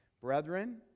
Brethren